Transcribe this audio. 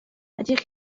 ydych